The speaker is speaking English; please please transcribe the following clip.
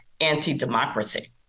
anti-democracy